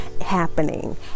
happening